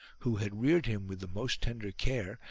who had reared him with the most tender care,